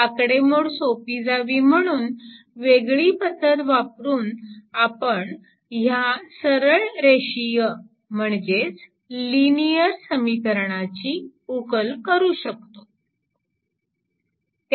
आकडेमोड सोपी जावी म्हणून वेगळी पद्धत वापरून आपण या सरळरेषीय म्हणजेच लिनियर समीकरणाची उकल करू शकतो